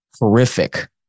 horrific